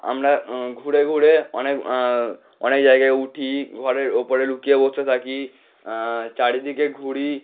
আমরা ঘুরে ঘুরে অনেক অনেক জায়গায় উঠি ঘরের ওপরে লুকিয়ে বসে থাকি চারিদিকে ঘুরি